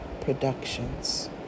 Productions